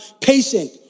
patient